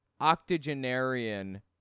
octogenarian